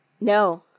No